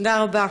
תודה רבה.